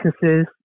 businesses